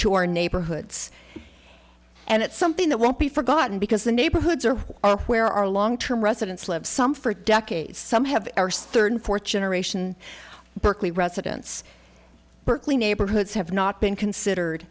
our neighborhoods and it's something that won't be forgotten because the neighborhoods are where our long term residents live some for decades some have third fourth generation berkeley residents berkeley neighborhoods have not been considered